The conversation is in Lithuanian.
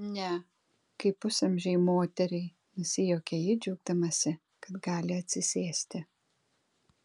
ne kaip pusamžei moteriai nusijuokia ji džiaugdamasi kad gali atsisėsti